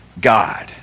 God